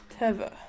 Teva